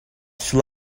shall